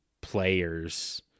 players